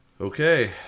Okay